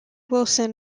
wilson